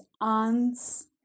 aunts